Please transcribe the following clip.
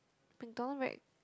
McDonald very